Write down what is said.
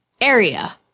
Area